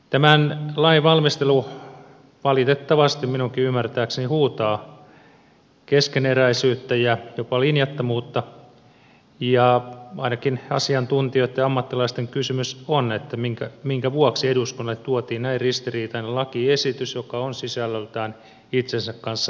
tämän lain valmistelu valitettavasti minunkin ymmärtääkseni huutaa keskeneräisyyttä ja jopa linjattomuutta ja ainakin asiantuntijoitten ja ammattilaisten kysymys on minkä vuoksi eduskunnalle tuotiin näin ristiriitainen lakiesitys joka on sisällöltään itsensä kanssa epätasapainossa